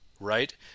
right